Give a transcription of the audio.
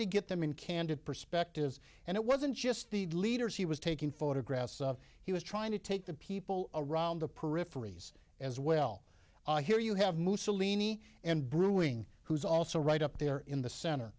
to get them in candid perspective and it wasn't just the leaders he was taking photographs of he was trying to take the people around the periphery as well here you have mussolini and brewing who's also right up there in the center